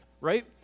right